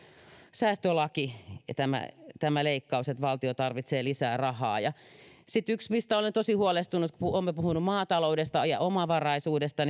säästölaki tämä leikkaus on säästöä että valtio tarvitsee lisää rahaa sitten yksi mistä olen tosi huolestunut olemme puhuneet maataloudesta ja omavaraisuudesta